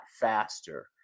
faster